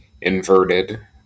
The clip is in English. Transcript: inverted